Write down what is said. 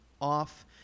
off